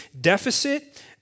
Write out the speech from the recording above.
deficit